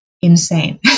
insane